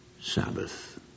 Sabbath